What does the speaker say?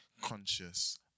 conscious